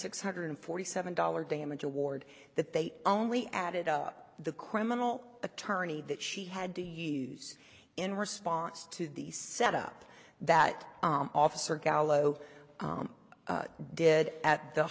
six hundred forty seven dollars damage award that they only added up the criminal attorney that she had to use in response to the set up that officer gallo did at the